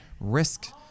Risk